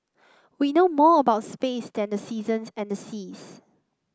we know more about space than the seasons and the seas